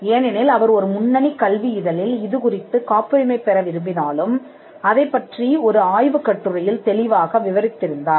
ஏனென்றால் அவர் ஒரு முன்னணி கல்வி இதழில் இதுகுறித்து காப்புரிமை பெற விரும்பினாலும் அதைப் பற்றி ஒரு ஆய்வுக் கட்டுரையில் தெளிவாக விவரித்திருந்தார்